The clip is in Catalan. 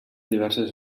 diverses